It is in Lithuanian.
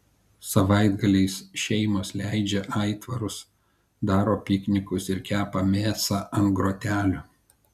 savaitgaliais šeimos leidžia aitvarus daro piknikus ir kepa mėsą ant grotelių